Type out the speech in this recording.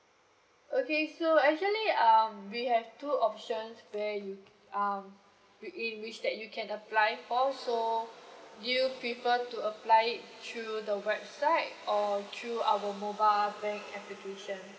okay so actually um we have two options where you um with in which that you can apply for so do you prefer to apply it through the website or through our mobile bank application